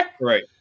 Right